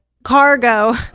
cargo